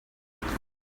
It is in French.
puits